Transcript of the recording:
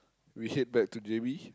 we head back to J_B